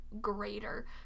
greater